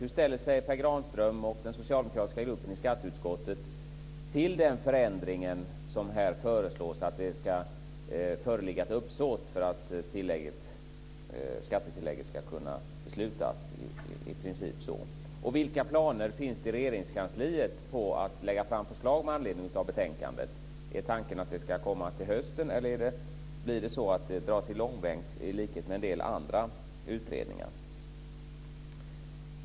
Hur ställer sig Per Erik Granström och den socialdemokratiska gruppen i skatteutskottet till den förändring som här föreslås, att det ska föreligga ett uppsåt för att skattetillägget ska kunna beslutas? Vilka planer finns det i Regeringskansliet på att lägga fram förslag med anledning av betänkandet. Är tanken att det ska komma till hösten, eller blir det så att det dras i långbänk, i likhet med en del andra utredningar?